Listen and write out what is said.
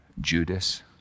Judas